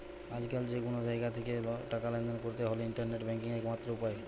আজকাল যে কুনো জাগা থিকে টাকা লেনদেন কোরতে হলে ইন্টারনেট ব্যাংকিং একমাত্র উপায়